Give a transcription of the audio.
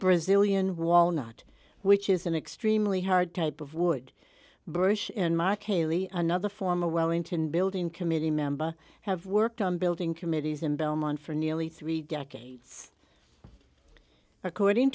brazilian walnut which is an extremely hard type of wood bush in mark haley another former wellington building committee member have worked on building committees in belmont for nearly three decades according